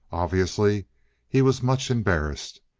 obviously he was much embarrassed.